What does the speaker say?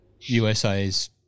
USA's